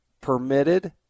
permitted